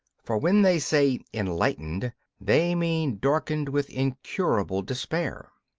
for when they say enlightened they mean darkened with incurable despair.